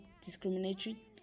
discriminatory